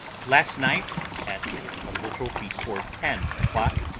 last night, at a little before ten o'clock,